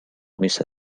missa